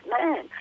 man